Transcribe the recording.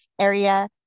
area